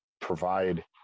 provide